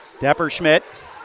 Depperschmidt